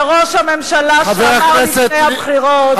מה עם זה ראש הממשלה שאמר לפני הבחירות,